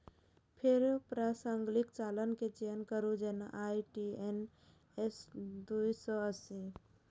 फेर प्रासंगिक चालान के चयन करू, जेना आई.टी.एन.एस दू सय अस्सी